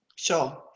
Sure